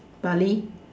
barley